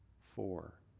four